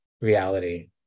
reality